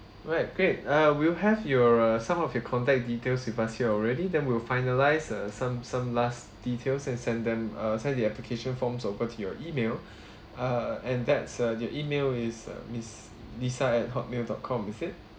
alright great err we'll have your uh some of your contact details with us here already then we'll finalise uh some some last details and send them err send the application forms over to your E-mail err and that's uh your E-mail is uh miss lisa at Hotmail dot com is it